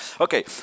Okay